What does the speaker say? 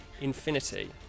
Infinity